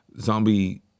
Zombie